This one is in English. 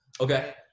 Okay